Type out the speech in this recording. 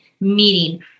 meeting